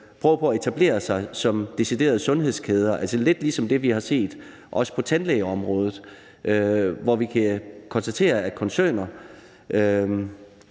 prøver på at etablere sig som deciderede sundhedskæder, altså lidt ligesom det, vi også har set på tandlægeområdet, hvor vi kan konstatere, at koncerner,